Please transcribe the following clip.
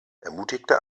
ermutigte